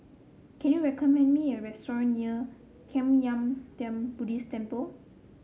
can you recommend me a restaurant near Kwan Yam Theng Buddhist Temple